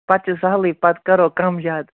پَتہٕ چھُ سَہلٕے پَتہٕ کَرو کَم زیادٕ